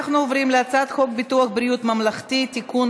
אנחנו עוברים להצעת חוק ביטוח בריאות ממלכתי (תיקון,